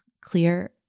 clear